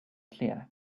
clear